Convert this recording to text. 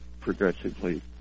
progressively